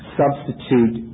substitute